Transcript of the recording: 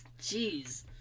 Jeez